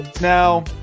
Now